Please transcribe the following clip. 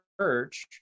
church